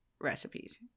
recipes